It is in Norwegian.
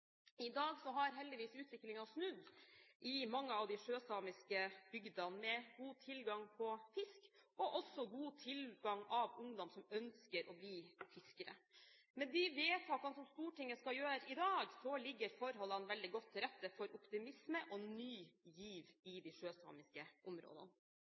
I dag har heldigvis utviklingen snudd i mange av de sjøsamiske bygdene, med god tilgang på fisk og god tilgang på ungdom som ønsker å bli fiskere. Med de vedtakene Stortinget skal gjøre i dag, ligger forholdene veldig godt til rette for optimisme og ny giv i de sjøsamiske områdene.